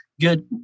Good